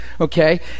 okay